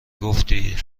گفتی